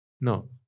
No